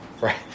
right